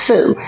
Sue